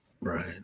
Right